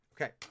Okay